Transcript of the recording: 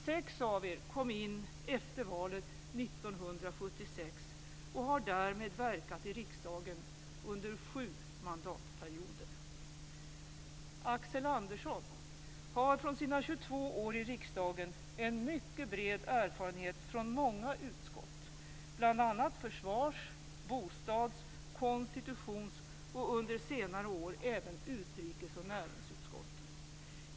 6 av er kom in efter valet 1976 och har därmed verkat i riksdagen under 7 mandatperioder: Axel Andersson har från sina 22 år i riksdagen en mycket bred erfarenhet från många utskott, bl.a. försvars-, bostads och konstitutionsutskotten och under senare år även utrikes och näringsutskotten.